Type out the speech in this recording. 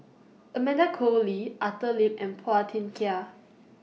Amanda Koe Lee Arthur Lim and Phua Thin Kiay